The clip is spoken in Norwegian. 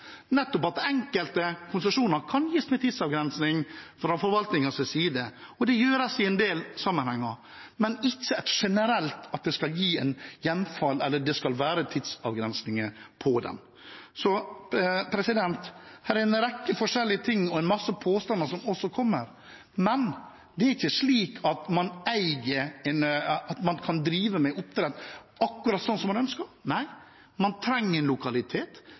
at enkelte konsesjoner kan gis med tidsavgrensning fra forvaltningens side. Det gjøres i en del sammenhenger, men det er ikke generelt slik at det skal være hjemfall eller tidsavgrensninger for dem. Så her er det en rekke forskjellige ting, og også en masse påstander som kommer, men det er ikke slik at man kan drive med oppdrett akkurat slik som man ønsker. Nei, man trenger en lokalitet,